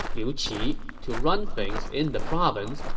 liu qi, to run things in the province,